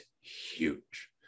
huge